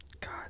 god